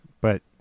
But-